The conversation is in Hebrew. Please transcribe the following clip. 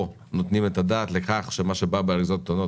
נותנים את הדעת לכך שהסיכוי שמה שבא באריזות קטנות